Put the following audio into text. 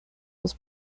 was